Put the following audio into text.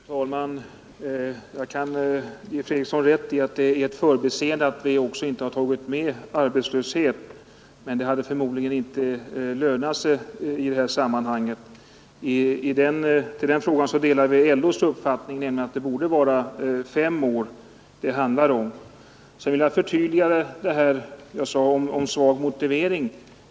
Fru talman! Jag kan ge herr Fredriksson rätt i att det är ett förbiseende att vi inte har tagit med också arbetslöshet, men det hade förmodligen inte lönat sig. I den frågan delar vi LO:s uppfattning att det borde finnas en femårsregel. Sedan vill jag förtydliga det jag sade om svag motivering.